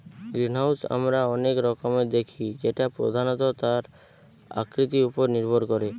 greenhouse আমরা অনেক রকমের দেখি যেটা প্রধানত তার আকৃতি উপর নির্ভর করে